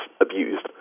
abused